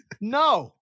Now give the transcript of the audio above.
No